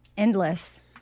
endless